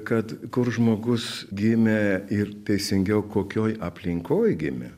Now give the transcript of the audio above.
kad kur žmogus gimė ir teisingiau kokioj aplinkoj gimė